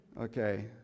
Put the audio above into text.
okay